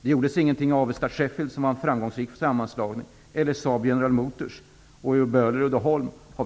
Det gjordes ingenting när det gällde Avesta Sheffield. Det var en framgångsrik sammanslagning. Det gäller också Saab--General Motors.